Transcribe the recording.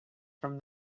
from